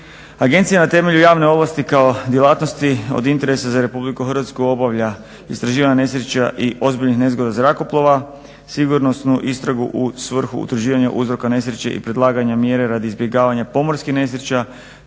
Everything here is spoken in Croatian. Agencija na temelju javne ovlasti kao djelatnosti od interesa za RH obavlja istraživanje nesreća i ozbiljnih nezgoda zrakoplova, sigurnosnu istragu u svrhu utvrđivanja uzroka nesreće i predlaganje mjere radi izbjegavanja pomorskih nesreća,